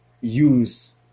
use